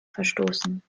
verstoßen